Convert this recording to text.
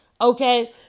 okay